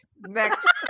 next